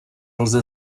lze